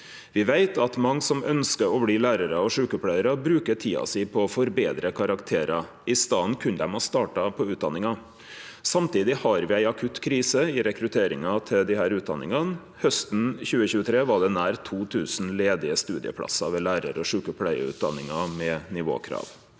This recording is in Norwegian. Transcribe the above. Me veit at mange som ønskjer å bli lærar eller sjukepleiar, bruker tida si på å forbetre karakterar. I staden kunne dei ha starta på utdanninga. Samtidig har me ei akutt krise i rekrutteringa til desse utdanningane. Hausten 2023 var det nær 2 000 ledige studieplassar ved lærar- og sjukepleiarutdanningar med nivåkrav.